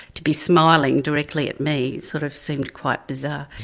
to be smiling directly at me sort of seemed quite bizarre.